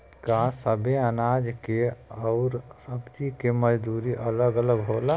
का सबे अनाज के अउर सब्ज़ी के मजदूरी अलग अलग होला?